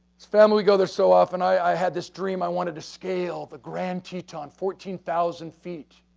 family go there so often. i had this dream, i wanted to scale the grand teton fourteen thousand feet.